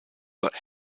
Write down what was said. but